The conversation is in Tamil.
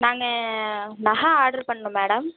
நாங்கள் நகை ஆர்டர் பண்ணணும் மேடம்